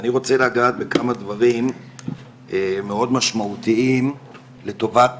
אני רוצה לגעת בכמה דברים מאוד משמעותיים לטובת